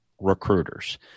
recruiters